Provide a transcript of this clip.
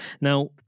Now